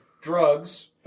drugs